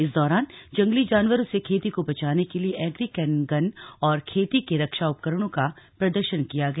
इस दौरान जंगली जानवरों से खेती को बचाने के लिए एग्री कैनेन गन और खेती के रक्षा उपकरणों का प्रदर्शन किया गया